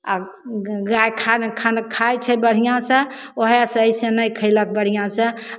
आ गाय खाना खाना खाइ छै बढ़िआँसँ उएहसँ अइसने खयलक बढ़िआँसँ